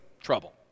trouble